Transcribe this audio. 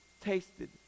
tasted